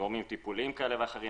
גורמים טיפוליים כאלה ואחרים,